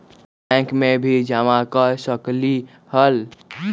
Bank में भी जमा कर सकलीहल?